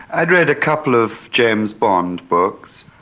i'd read a couple of james bond books.